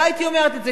לא הייתי אומרת את זה,